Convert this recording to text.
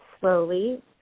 slowly